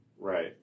Right